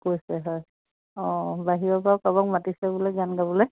কৈছে হয় অঁ বাহিৰৰপৰাও কাৰোবাক মাতিছে বোলে গান গাবলৈ